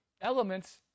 elements